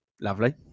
Lovely